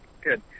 Good